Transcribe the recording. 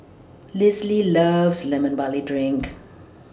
Lisle loves Lemon Barley Drink